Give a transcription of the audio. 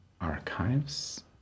archives